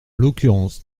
l’occurrence